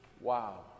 Wow